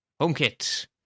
HomeKit